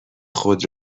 خود